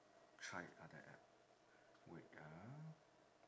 try other app wait ah